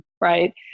right